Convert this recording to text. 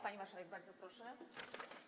Pani marszałek, bardzo proszę.